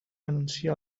anuncia